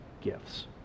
gifts